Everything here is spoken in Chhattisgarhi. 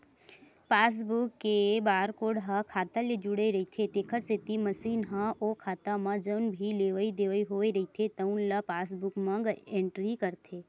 पासबूक के बारकोड ह खाता ले जुड़े रहिथे तेखर सेती मसीन ह ओ खाता म जउन भी लेवइ देवइ होए रहिथे तउन ल पासबूक म एंटरी करथे